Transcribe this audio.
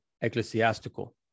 ecclesiastical